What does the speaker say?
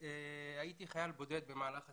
הייתי חייל בודד במהלך הצבא.